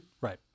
Right